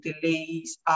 delays